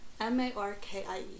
M-A-R-K-I-E